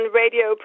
radio